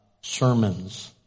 sermons